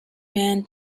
man